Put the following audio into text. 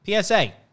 PSA